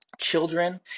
children –